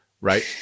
right